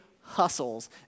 hustles